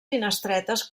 finestretes